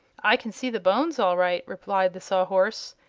i can see the bones all right, replied the sawhorse,